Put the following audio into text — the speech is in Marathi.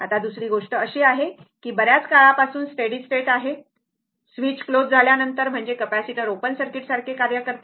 आता दुसरी गोष्ट अशी आहे की हे बर्याच काळापासून स्टेडी स्टेट आहे स्विच क्लोज झाल्यानंतर म्हणजे कॅपेसिटर ओपन सर्किटसारखे कार्य करते